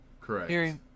Correct